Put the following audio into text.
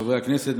חברי הכנסת,